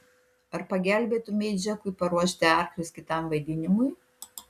ar pagelbėtumei džekui paruošti arklius kitam vaidinimui